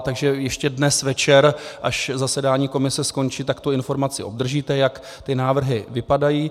Takže ještě dnes večer, až zasedání komise skončí, tak tu informaci obdržíte, jak ty návrhy vypadají.